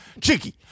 Cheeky